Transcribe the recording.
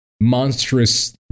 monstrous